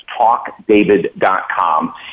talkdavid.com